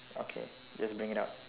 okay just bring it out